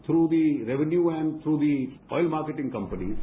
through the revenue एम् क्र the oil marketing companies